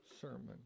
sermon